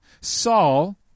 Saul